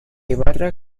ibarra